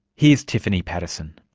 here's tiffany paterson.